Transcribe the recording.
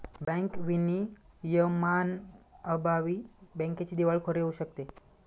bank विनियमांअभावी बँकेची दिवाळखोरी होऊ शकते